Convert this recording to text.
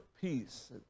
peace